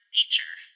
Nature